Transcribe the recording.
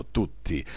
tutti